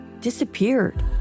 disappeared